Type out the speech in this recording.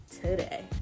today